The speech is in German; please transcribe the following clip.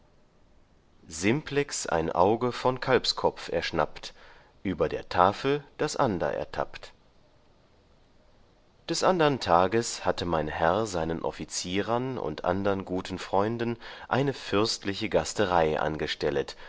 simplex ein auge von kalbskopf erschnappt über der tafel das ander ertappt des andern tages hatte mein herr seinen offizierern und andern guten freunden eine fürstliche gasterei angestellet